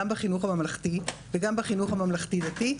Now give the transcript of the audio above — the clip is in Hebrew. גם בחינוך הממלכתי וגם בחינוך הממלכתי-דתי,